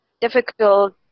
difficult